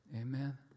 Amen